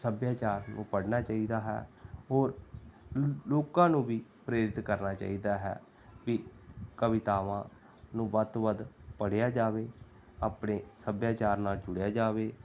ਸੱਭਿਆਚਾਰ ਨੂੰ ਪੜ੍ਹਨਾ ਚਾਹੀਦਾ ਹੈ ਹੋਰ ਲੋਕਾਂ ਨੂੰ ਵੀ ਪ੍ਰੇਰਿਤ ਕਰਨਾ ਚਾਹੀਦਾ ਹੈ ਵੀ ਕਵਿਤਾਵਾਂ ਨੂੰ ਵੱਧ ਤੋਂ ਵੱਧ ਪੜ੍ਹਿਆ ਜਾਵੇ ਆਪਣੇ ਸੱਭਿਆਚਾਰ ਨਾਲ਼ ਜੁੜਿਆ ਜਾਵੇ